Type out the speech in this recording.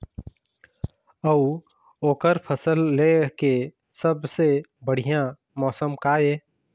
अऊ ओकर फसल लेय के सबसे बढ़िया मौसम का ये?